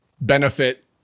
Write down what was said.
benefit